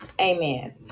Amen